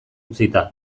utzita